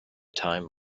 time